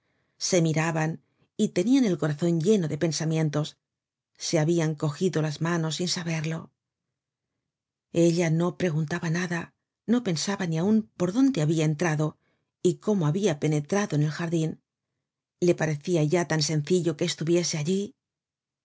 se miraban y tenian el corazon lleno de pensamientos se habian cogido las manos sin saberlo ella no le preguntaba nada no pensaba ni aun por dónde habia entrado y cómo habia penetrado en el jardin la parecia ya tan sencillo que estuviese allí